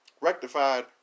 rectified